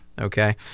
Okay